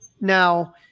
now